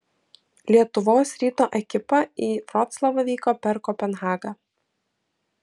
lietuvos ryto ekipa į vroclavą vyko per kopenhagą